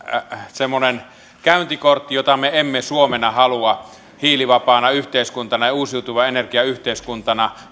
semmoinen käyntikortti jota me emme suomena hiilivapaana yhteiskuntana ja uusiutuvan energian yhteiskuntana